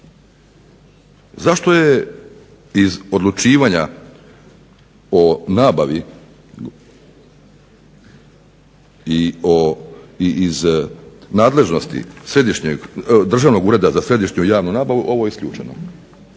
Zašto je iz odlučivanja o nabavi i iz nadležnosti Državnog ureda za središnju javnu nabavu ovo isključeno?